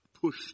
push